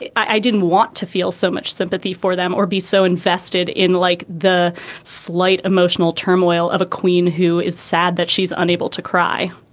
i didn't want to feel so much sympathy for them or be so invested in like the slight emotional turmoil of a queen who is sad that she's unable to cry.